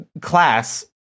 class